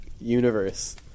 universe